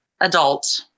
adult